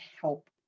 help